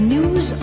News